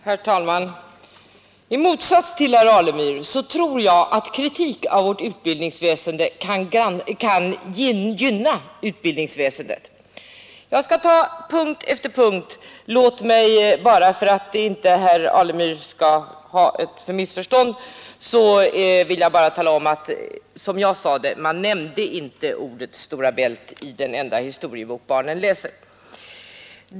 Herr talman! I motsats till herr Alemyr tror jag att kritik av vårt utbildningsväsende kan gynna utbildningsväsendet. Jag skall ta punkt efter punkt. Låt mig bara, för att inte herr Alemyr skall missförstå mig, upprepa att man inte nämnde namnet Stora Bält i den enda historiebok barnen läser.